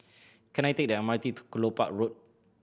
can I take the M R T to Kelopak Road